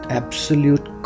absolute